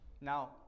Now